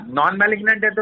non-malignant